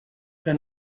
que